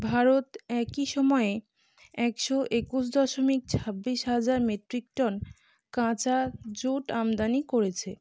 ভারত একই সময়ে একশো একুশ দশমিক ছাব্বিশ হাজার মেট্রিক টন কাঁচা জুট আমদানি করেছে